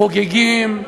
חוגגים,